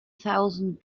thousand